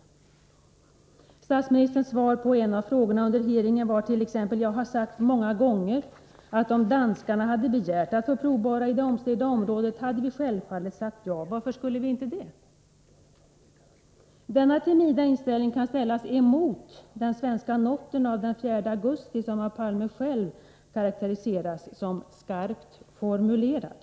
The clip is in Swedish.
Onsdagen den Statsministerns svar på en av frågorna under hearingen var t.ex.: ”Jag har 23 maj 1984 sagt många gånger att om danskarna hade begärt att få provborra i det omstridda området, hade vi självfallet sagt ja — varför skulle vi inte det?” Denna timida inställning kan ställas mot den svenska noten av den 4 augusti som av Olof Palme själv karakteriseras som skarpt formulerad.